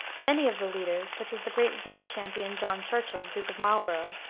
many of the leaders, such as the great whig champion, john churchill, duke of marlborough,